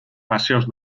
paseos